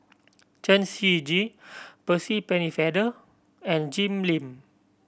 Chen Shiji Percy Pennefather and Jim Lim